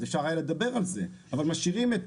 אפשר היה לדבר על זה אבל משאירים את